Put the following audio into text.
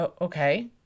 Okay